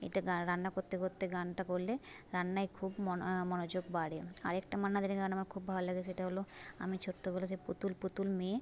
এটা রান্না করতে করতে গানটা করলে রান্নায় খুব মন মনোযোগ বাড়ে আরেকটা মান্না দের গান আমার খুব ভালো লাগে সেটা হলো আমি ছোটোবেলা সে পুতুল পুতুল মেয়ে